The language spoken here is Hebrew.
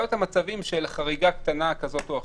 את המצבים של חריגה קטנה כזאת או אחרת.